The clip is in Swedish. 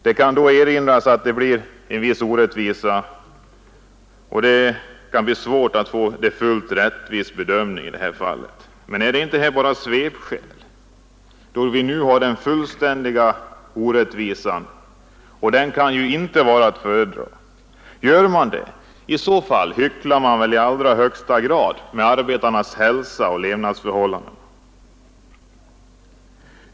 Det sägs att resultatet kan bli en viss orättvisa, eftersom det är så svårt att få en fullt riktig bedömning. Men är inte det bara ett svepskäl? Nu har vi den fullständiga orättvisan, och den kan väl inte vara att föredra. Gör man det — i så fall hycklar man väl i högsta grad när det gäller arbetarnas hälsa och levnadsförhållanden.